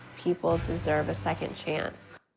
people deserve a second chance.